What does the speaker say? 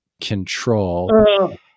control